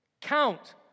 Count